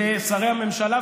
אתמול חולק לשרי הממשלה,